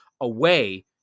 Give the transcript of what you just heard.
away